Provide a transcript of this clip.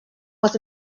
was